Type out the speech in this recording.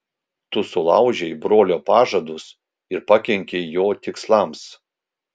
tu sulaužei brolio pažadus ir pakenkei jo tikslams